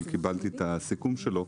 אבל קיבלתי את הסיכום שלו,